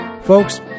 folks